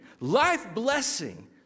life-blessing